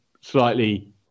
slightly